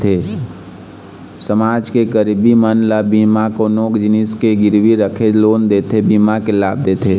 समाज के गरीब मन ल बिना कोनो जिनिस के गिरवी रखे लोन देथे, बीमा के लाभ देथे